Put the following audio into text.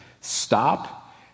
stop